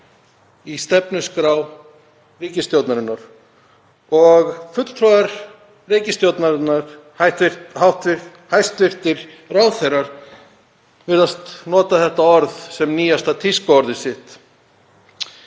í stefnuskrá ríkisstjórnarinnar. Fulltrúar ríkisstjórnarinnar, hæstv. ráðherrar, virðast nota þetta orð sem nýjasta tískuorðið sitt.